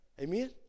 Amen